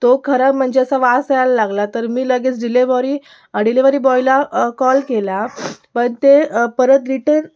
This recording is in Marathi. तो खराब म्हणजे असा वास यायला लागला तर मी लगेच डिलेव्हरी डिलेव्हरी बॉयला कॉल केला पण ते परत रिटन